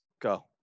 Go